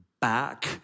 back